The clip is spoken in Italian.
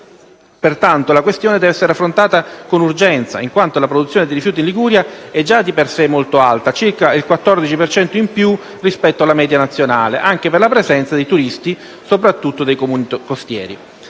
Pertanto, la questione deve essere affrontata con urgenza, in quanto la produzione dei rifiuti in Liguria è già di per sé molto alta, circa il 14 per cento in più rispetto alla media nazionale, anche per la presenza dei turisti soprattutto nei Comuni costieri.